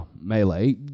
melee